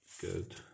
good